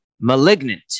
Malignant